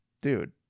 dude